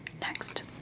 Next